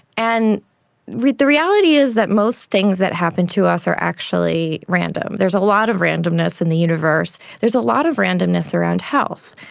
and the reality is that most things that happen to us are actually random. there's a lot of randomness in the universe, there's a lot of randomness around health.